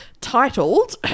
titled